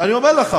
אני אומר לך.